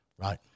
right